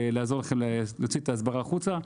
לעזור לכם להוציא את ההסברה החוצה.